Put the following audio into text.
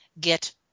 Get